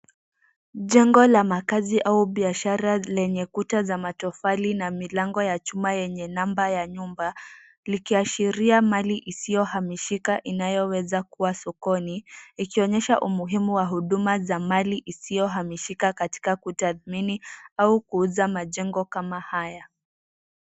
Jengo la makazi au biashara lenye kuta za matofali na milango ya chuma yenye namba ya nyumba likiashiria mali isiyohamishika inayoweza kuwa sokoni ,ikionyesha umuhimu wa huduma za mali isiyohamishika katika kutadhmini au kuuza majengo kama haya.